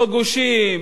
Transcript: לא גושים,